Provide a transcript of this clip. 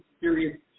period